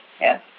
yes